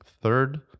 Third